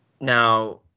Now